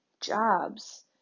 jobs